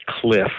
Cliff